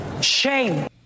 Shame